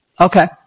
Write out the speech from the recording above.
Okay